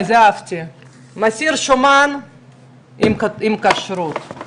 את זה אהבתי, מסיר שומן עם כשרות,